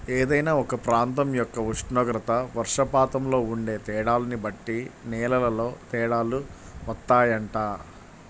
ఏదైనా ఒక ప్రాంతం యొక్క ఉష్ణోగ్రత, వర్షపాతంలో ఉండే తేడాల్ని బట్టి నేలల్లో తేడాలు వత్తాయంట